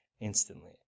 instantly